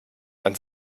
dann